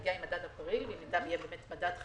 נגיע עם מדד אפריל ואם יהיה מדד חיובי,